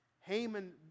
Haman